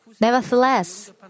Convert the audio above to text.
Nevertheless